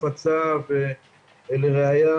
הפצה ולראיה,